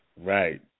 Right